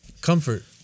comfort